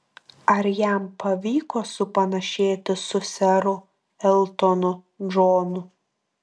ar jam pavyko supanašėti su seru eltonu džonu